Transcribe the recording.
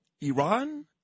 Iran